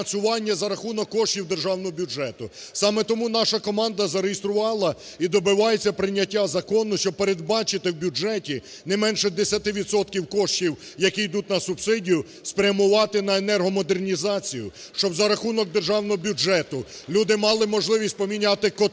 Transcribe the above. за рахунок коштів державного бюджету. Саме тому наша команда зареєструвала і добивається прийняття закону, щоб передбачити в бюджеті не менше 10 відсотків коштів, які йдуть на субсидію, спрямувати на енергомодернізацію, щоб за рахунок державного бюджету люди мали можливість поміняти котли,